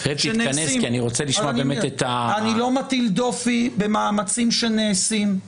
אני לא מטיל דופי במאמצים שנעשים,